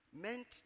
meant